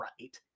right